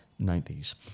90s